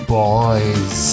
boys